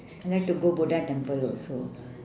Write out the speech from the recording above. I like to go buddha temple also